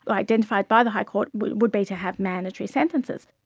but identified by the high court, would be to have mandatory sentences.